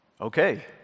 okay